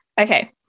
Okay